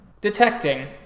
Detecting